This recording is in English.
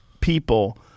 people—